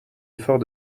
effort